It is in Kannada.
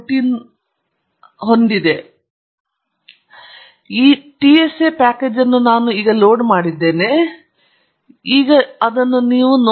ಸ್ಲೈಡ್ ಟೈಮ್ ಅನ್ನು ಗಮನಿಸಿ 1443 ಆದ್ದರಿಂದ ನಾನು ಟಿಎಸ್ಎ ಪ್ಯಾಕೇಜ್ ಅನ್ನು ಲೋಡ್ ಮಾಡಿದ್ದೇನೆ ಮತ್ತು ನೀವು ಈ ರೀತಿಯ ಪ್ರದರ್ಶನವನ್ನು ನೋಡಬೇಕು